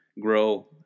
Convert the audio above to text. grow